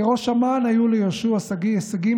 כראש אמ"ן היו ליהושע שגיא הישגים